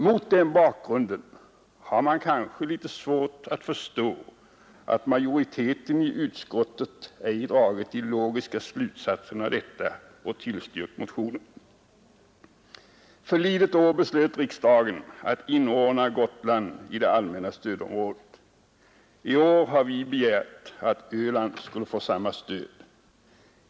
Mot den bakgrunden har man kanske litet svårt att förstå att majoriteten i utskottet ej dragit de logiska slutsatserna av detta och tillstyrkt motionen. Förlidet år beslöt riksdagen att inordna Gotland i det allmänna stödområdet. I år har vi begärt att Öland skall få samma stöd.